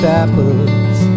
apples